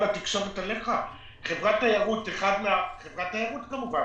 חברת תיירות כמובן,